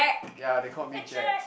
ya they called me Jack